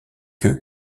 que